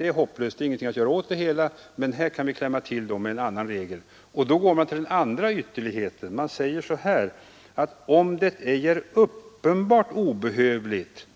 i att man skapar en särskild regel för expropriation, där man går till den andra ytterligheten. Man skriver att domstolen skall fatta beslut om utredningen, om detta ej är uppenbart obehövligt.